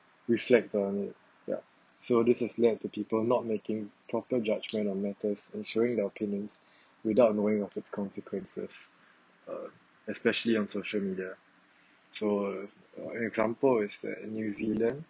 reflect on it ya so this has led to people not making proper judgment on matters in showing their opinions without knowing of its consequences uh especially on social media so example is that new zealand